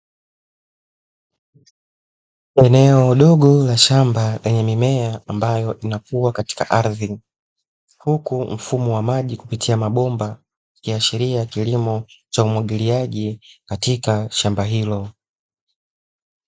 Eneo dogo la shamba lenye mimea ambayo inakua katika ardhi. Huku mfumo wa maji kupitia mabomba ukiashiria kilimo cha umwagiliaji katika shamba hilo.